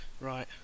right